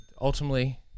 ultimately